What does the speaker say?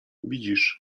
widzisz